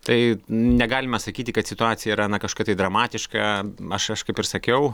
tai negalime sakyti kad situacija yra na kažkokia tai dramatiška aš aš kaip ir sakiau